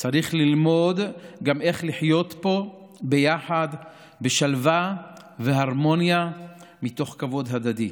צריך ללמוד גם איך לחיות פה ביחד בשלווה והרמוניה מתוך כבוד הדדי.